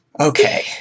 Okay